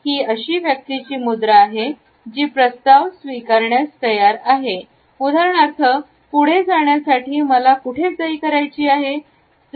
ही अशी व्यक्तीची मुद्रा आहे जी प्रस्ताव स्वीकारण्यास तयार आहे उदाहरणार्थ पुढे जाण्यासाठी मला कुठे सही करायची आहे